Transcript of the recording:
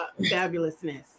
fabulousness